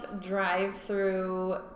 drive-through